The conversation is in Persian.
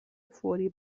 فوری